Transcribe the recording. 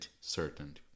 certain